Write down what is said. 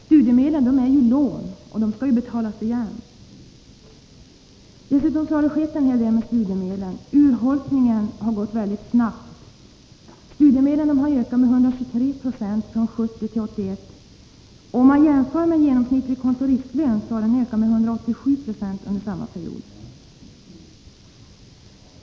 Studiemedlen är ju lån, som skall betalas igen. Urholkningen av studiemedlen har skett snabbt. Studiemedlen har ökat med 123 90 från 1970 till 1981, medan en genomsnittlig kontoristlön har ökat med 187 96 under samma period.